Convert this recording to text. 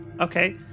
Okay